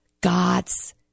God's